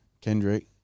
Kendrick